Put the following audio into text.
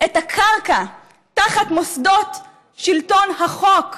את הקרקע תחת מוסדות שלטון החוק והדמוקרטיה,